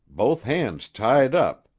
both hands tied up.